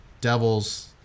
devils